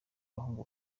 abahungu